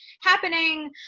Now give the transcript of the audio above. happening